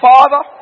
Father